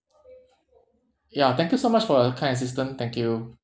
ya thank you so much for your kind assistance thank you